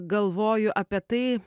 galvoju apie tai